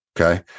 okay